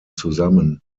zusammen